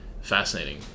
fascinating